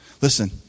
Listen